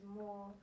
more